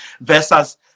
versus